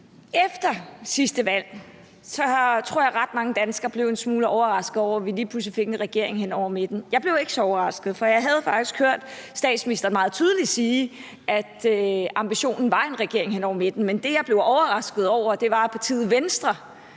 Efter sidste valg tror jeg ret mange danskere blev en smule overrasket over, at vi lige pludselig fik en regering hen over midten. Jeg blev ikke så overrasket, for jeg havde faktisk hørt statsministeren meget tydeligt sige, at ambitionen var en regering hen over midten, men det, jeg blev overrasket over, var, at partiet Venstre